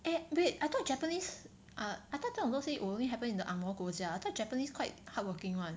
eh wait I thought Japanese ah I thought 这种东西 will only happen in the angmoh 国家 I thought Japanese quite hardworking [one]